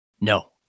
No